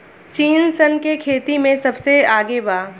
चीन सन के खेती में सबसे आगे बा